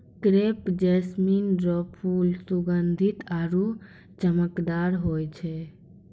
crepe jasmine रो फूल सुगंधीत आरु चमकदार होय छै